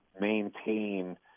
maintain